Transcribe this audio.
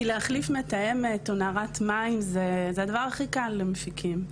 כי להחליף מתאמת או נערת מים זה הדבר הכי קל למפיקים.